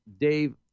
Dave